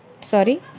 sorry